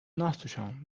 nachzuschauen